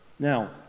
Now